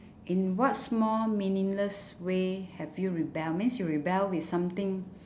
in what small meaningless way have you rebel means you rebel with something